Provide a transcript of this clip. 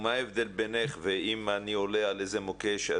מה ההבדל בינך אם אני עולה על איזה מוקש,